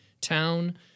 Town